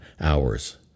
hours